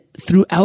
throughout